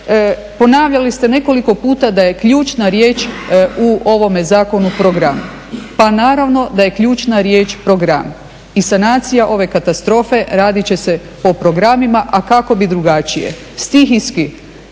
ponavljali ste nekoliko puta da je ključna riječ u ovome zakonu program. Pa naravno da je ključna riječ program i sanacija ove katastrofe radit će se po programima, a kako bi drugačije, stihijski.